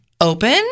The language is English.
open